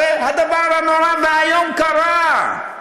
הרי הדבר הנורא והאיום קרה,